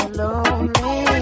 lonely